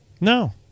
No